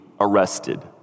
arrested